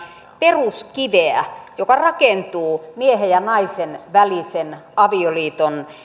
peruskiveä joka rakentuu miehen ja naisen välisen avioliiton